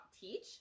teach